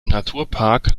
naturpark